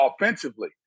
offensively